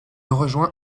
rejoint